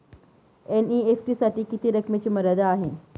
NEFT साठी किती रकमेची मर्यादा आहे?